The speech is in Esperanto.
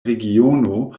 regiono